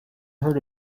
heard